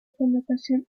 connotación